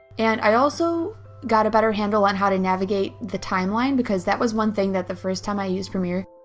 and i also got a better handle on how to navigate the timeline because that was one thing that the first time i used premiere,